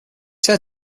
said